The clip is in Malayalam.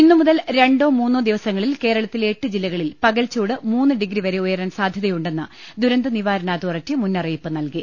ഇന്ന് മുതൽ രണ്ടോ മൂന്നോ ദിവസങ്ങളിൽ കേരളത്തിലെ എട്ട് ജില്ലകളിൽ പകൽച്ചൂട് മൂന്ന് ഡിഗ്രിവരെ ഉയരാൻ സാധ്യത യുണ്ടെന്ന് ദുരന്തനിവാരണ അതോറിറ്റി മുന്നറിയിപ്പ് നൽകി